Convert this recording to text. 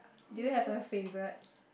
do you have a favourite